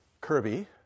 Kirby